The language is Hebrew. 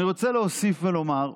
אני רוצה להוסיף ולומר,